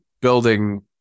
building